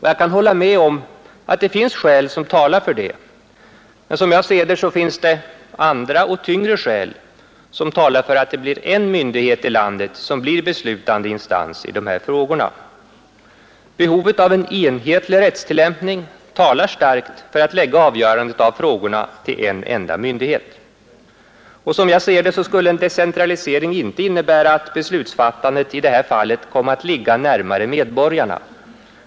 Jag kan hålla med om att det finns skäl som talar för det, men som jag ser det finns det andra och tyngre skäl som talar för att en myndighet i landet blir beslutande instans i dessa frågor. Behovet av en enhetlig rättstillämpning talar starkt för att lägga avgörandet av frågorna till en enda myndighet. Som jag ser det skulle en decentralisering inte innebära att beslutsfattandet i det här fallet kom att ligga närmare medborgarna.